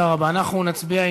אנחנו נצביע,